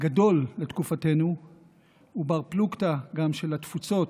גדול לתקופתנו ובר פלוגתא גם של התפוצות.